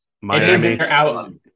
Miami